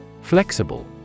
Flexible